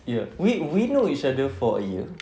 ya wait we know each other for a year